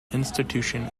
institution